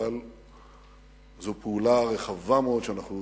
אבל זו פעולה רחבה מאוד שאנחנו